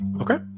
Okay